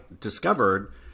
discovered